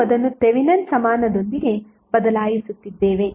ನಾವು ಅದನ್ನು ಥೆವೆನಿನ್ ಸಮಾನದೊಂದಿಗೆ ಬದಲಾಯಿಸುತ್ತಿದ್ದೇವೆ